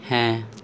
ᱦᱮᱸ